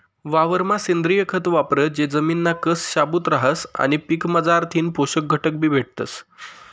वावरमा सेंद्रिय खत वापरं ते जमिनना कस शाबूत रहास आणि पीकमझारथीन पोषक घटकबी भेटतस